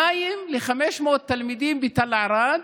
מים ל-500 תלמידים בתל ערד,